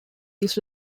this